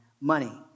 money